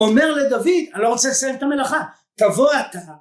אומר לדוד, אני לא רוצה לסיים את המלאכה, תבוא אתה...